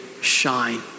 shine